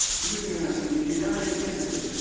forgive me asking. did he die intestate?